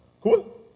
Cool